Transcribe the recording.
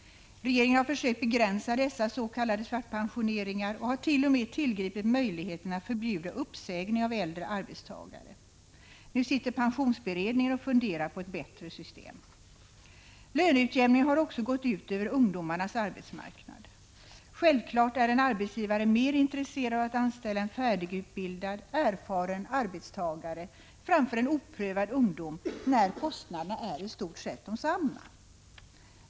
Regeringen har försökt begränsa dessa s.k. svartpensioneringar och har t.o.m. tillgripit möjligheten att förbjuda uppsägning av äldre arbetstagare. Nu sitter pensionsberedningen och funderar på ett bättre system. Löneutjämningen har också gått ut över ungdomarnas arbetsmarknad. Självfallet är en arbetsgivare mer intresserad av att anställa en färdigutbildad, erfaren arbetstagare än en oprövad ung person, när kostnaden är i stort sett densamma.